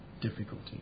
difficulty